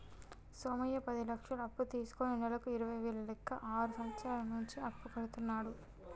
సోమయ్య పది లక్షలు అప్పు తీసుకుని నెలకు ఇరవై వేల లెక్క ఆరు సంవత్సరాల నుంచి అప్పు కడుతున్నాడు